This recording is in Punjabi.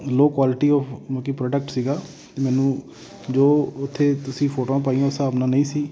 ਲੋਅ ਕੁਆਲਿਟੀ ਆਫ ਮਤਲਬ ਕਿ ਪ੍ਰੋਡਕਟ ਸੀਗਾ ਅਤੇ ਮੈਨੂੰ ਜੋ ਉੱਥੇ ਤੁਸੀਂ ਫੋਟੋਆਂ ਪਾਈਆਂ ਉਸ ਹਿਸਾਬ ਨਾਲ ਨਹੀਂ ਸੀ